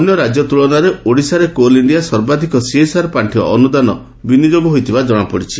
ଅନ୍ୟ ରାଜ୍ୟ ତୁଳନାରେ ଓଡ଼ିଶାରେ କୋଲ୍ ଇଣ୍ଡିଆ ସର୍ବାଧକ ସିଏସ୍ଆର୍ ପାଣ୍ଡି ଅନୁଦାନ ବିନିଯୋଗ ହୋଇଥବା ଜଣାପଡିଛି